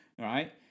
Right